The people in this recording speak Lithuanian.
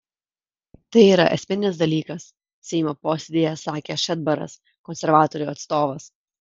tai yra esminis dalykas seimo posėdyje sakė šedbaras konservatorių atstovas